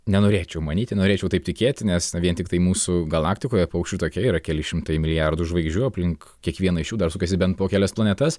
nenorėčiau manyti norėčiau taip tikėti nes na vien tiktai mūsų galaktikoje paukščių take yra keli šimtai milijardų žvaigždžių aplink kiekvieną iš jų dar sukasi bent po kelias planetas